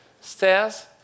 Stairs